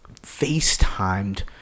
FaceTimed